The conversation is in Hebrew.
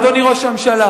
אדוני ראש הממשלה.